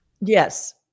Yes